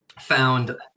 found